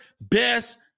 best